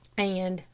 and,